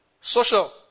Social